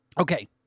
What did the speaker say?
Okay